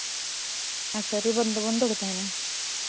ᱟᱪᱪᱷᱟ ᱨᱚᱵᱤᱵᱟᱨ ᱫᱚ ᱵᱚᱱᱫᱚ ᱜᱮ ᱛᱟᱦᱮᱱᱟ